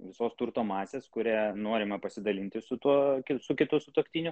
visos turto masės kurią norime pasidalinti su tuo su kitu sutuoktiniu